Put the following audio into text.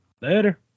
Later